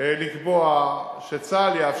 צה"ל כבר הרבה זמן מקיים דיונים,